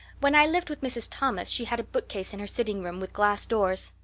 when i lived with mrs. thomas she had a bookcase in her sitting room with glass doors.